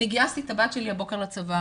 אני גייסתי את הבת שלי הבוקר לצבא,